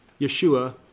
Yeshua